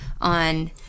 on